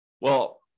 well-